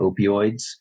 opioids